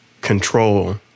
control